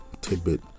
tidbit